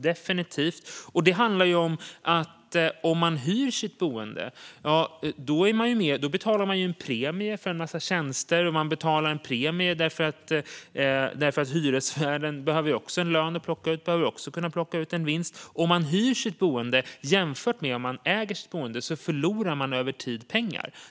Det handlar om att om man hyr sitt boende betalar man en premie för en massa tjänster och för att hyresvärden också behöver kunna plocka ut en lön och en vinst. Om man hyr sitt boende jämfört med om man äger sitt boende förlorar man över tid pengar.